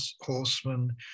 horsemen